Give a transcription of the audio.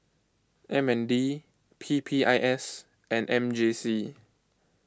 M N D P P I S and M J C